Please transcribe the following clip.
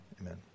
amen